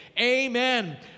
Amen